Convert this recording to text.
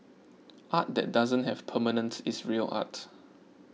art that doesn't have permanence is real art